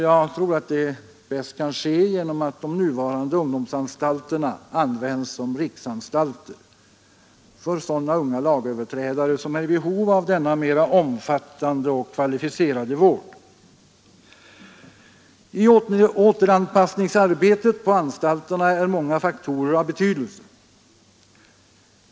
Jag tror att det bäst kan ske genom att de nuvarande ungdomsanstalterna används som riksanstalter för sådana unga lagöverträdare som är i behov av denna mer omfattande och kvalificerade vård. I återanpassningsarbetet på anstalterna är många faktorer av betydelse.